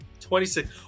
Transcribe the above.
26